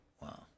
Wow